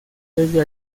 desde